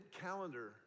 calendar